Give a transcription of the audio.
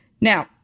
Now